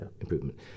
improvement